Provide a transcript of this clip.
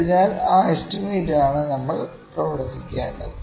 അതിനാൽ ആ എസ്റ്റിമേറ്റ് ആണ് നമ്മൾ പ്രവർത്തിക്കേണ്ടത്